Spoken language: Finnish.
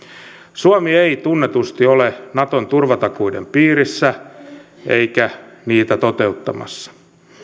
suomi ei tunnetusti ole naton turvatakuiden piirissä eikä niitä toteuttamassa